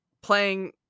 playing